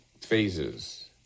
phases